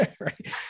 right